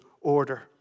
order